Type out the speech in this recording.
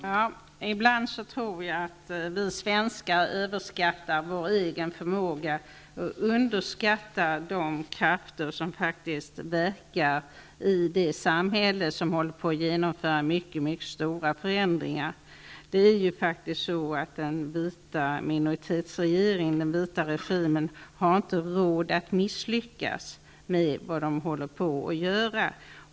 Herr talman! Ibland tror jag att vi svenskar överskattar vår egen förmåga och underskattar de krafter som faktiskt verkar i det samhälle som håller på att genomföra mycket mycket stora förändringar. Faktum är ju att den vita regimen inte har råd att misslyckas med vad den håller på att göra.